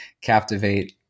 captivate